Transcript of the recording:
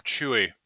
Chewy